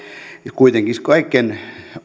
kuitenkin kaiken